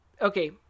okay